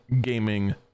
gaming